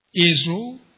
Israel